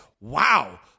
Wow